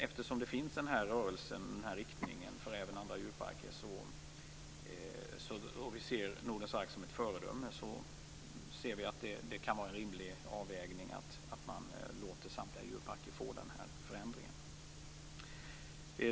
Eftersom även andra djurparker rör sig i samma riktning och vi ser Nordens Ark som ett föredöme menar vi att det kan vara en rimlig avvägning att låta samtliga djurparker få nämnda förändring.